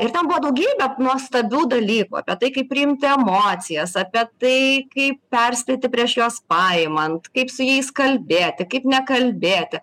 ir ten buvo daugybė nuostabių dalykų apie tai kaip priimti emocijas apie tai kaip perspėti prieš juos paimant kaip su jais kalbėti kaip nekalbėti